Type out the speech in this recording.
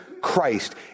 Christ